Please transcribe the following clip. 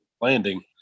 Landing